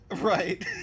right